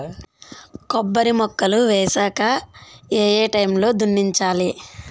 కొబ్బరి మొక్కలు వేసాక ఏ ఏ టైమ్ లో దున్నించాలి?